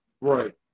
Right